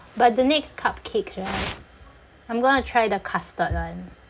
but the next cupcakes right I'm gonna try the custard one